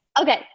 Okay